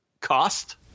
cost